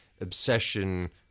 obsession